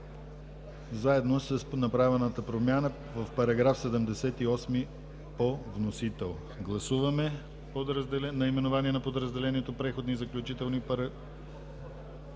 заедно с направената промяна в § 78 по вносител. Гласуваме наименованието на подразделението „Преходни и заключителни разпоредби“